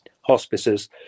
hospices